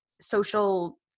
social